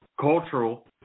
cultural